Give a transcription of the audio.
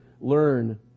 learn